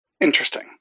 Interesting